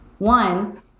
One